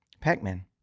Pac-Man